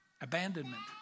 abandonment